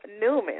Newman